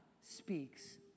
speaks